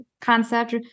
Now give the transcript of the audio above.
concept